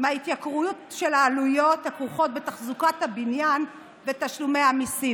מההתייקרויות של העלויות הכרוכות בתחזוקת הבניין ותשלומי המיסים.